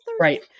Right